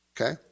Okay